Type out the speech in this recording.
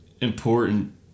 important